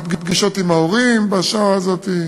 הפגישות עם ההורים בשעה הזאת,